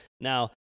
Now